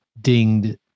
dinged